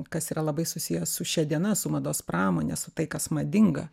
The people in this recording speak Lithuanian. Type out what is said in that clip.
kas yra labai susiję su šia diena su mados pramone su tai kas madinga